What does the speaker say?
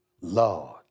Lord